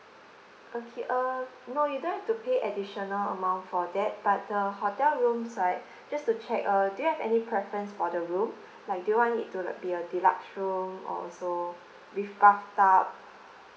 okay uh no you don't have to pay additional amount for that but the hotel rooms right just to check uh do you have any preference for the room like do you want it to like be a deluxe room or also with bathtub